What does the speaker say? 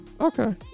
Okay